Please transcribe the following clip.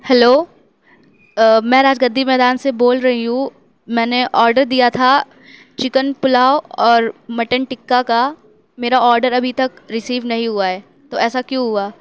hello میں راج گدی میدان سے بول رہی ہوں میں نے آرڈر دیا تھا چِکن پلاؤ اور مٹن ٹکّا کا میرا آرڈر ابھی تک ریسیو نہیں ہُوا ہے تو ایسا کیوں ہُوا